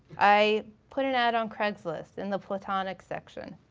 i put an ad on craigslist in the platonic section.